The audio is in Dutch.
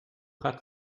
gaat